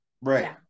right